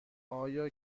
آیا